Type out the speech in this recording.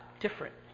Different